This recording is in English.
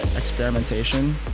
Experimentation